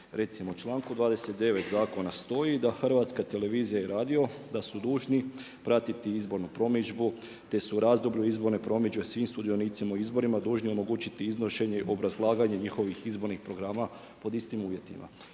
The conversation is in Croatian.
Recimo u članku 29. zakona stoji da HTV i radio da su dužni pratiti izbornu promidžbu te su u razdoblju izborne promidžbe svim sudionicima u izborima dužni omogućiti iznošenje i obrazlaganje njihovih izbornih programa pod istim uvjetima.